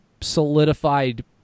solidified